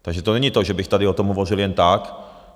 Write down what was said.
Takže to není to, že bych tady o tom hovořil jen tak.